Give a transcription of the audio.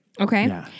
Okay